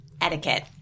etiquette